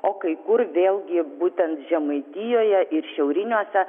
o kai kur vėlgi būtent žemaitijoje ir šiauriniuose